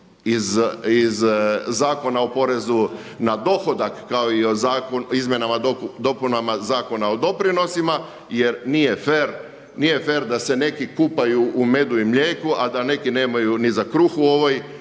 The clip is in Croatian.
iz Zakona o porezu na dohodak kao i izmjenama i dopunama Zakona o doprinosima jer nije fer da se neki kupaju u medu i mlijeku, a da neki nemaju ni za kruh u ovoj